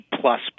plus